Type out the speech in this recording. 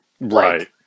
Right